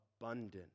abundant